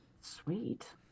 Sweet